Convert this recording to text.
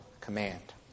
command